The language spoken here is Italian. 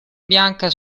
bianca